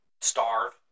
starve